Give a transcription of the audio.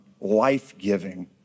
life-giving